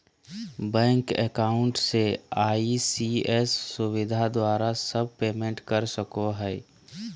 bank account से ECS सुविधा द्वारा सब पेमेंट कर सको हइ